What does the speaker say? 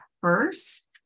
First